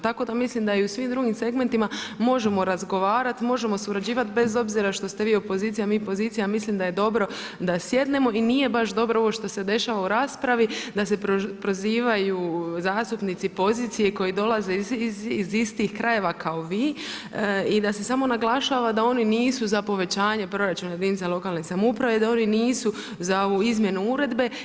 Tako da mislim da i u svim drugim segmentima možemo razgovarati, možemo surađivati bez obzira što ste vi opozicija, mi pozicija mislim da je dobro da sjednemo i nije baš dobro ovo što se dešava u raspravi da se prozivaju zastupnici poziciju koji dolaze iz istih krajeva kao vi i da se samo naglašava da oni nisu za povećanje proračuna jedinica lokalne samouprave i da oni nisu ovu izmjenu uredbe.